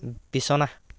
বিছনা